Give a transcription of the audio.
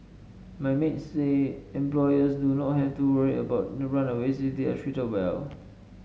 but maid say employers do not have to worry about the runaways they are treated well